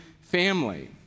family